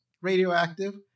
radioactive